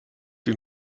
wie